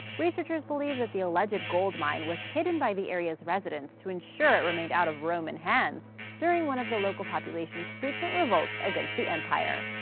researchers believe that the alleged gold mine was hidden by the area's residents to ensure it remained out of roman hands during one of the local population's frequent revolts against the empire.